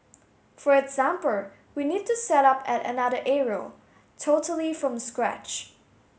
for example we need to set up at another area totally from scratch